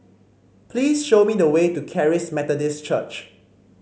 please show me the way to Charis Methodist Church